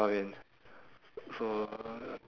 test us on these differences ah so just